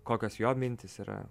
kokios jo mintys yra